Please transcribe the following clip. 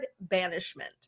banishment